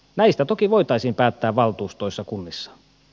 näistä toki voitaisiin päättää valtuustoissa kunnissa